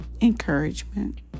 encouragement